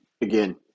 again